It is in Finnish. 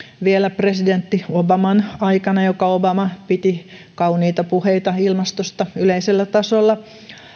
vielä presidentti obaman aikana joka obama piti kauniita puheita ilmastosta yleisellä tasolla